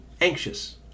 anxious